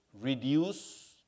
reduce